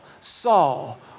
Saul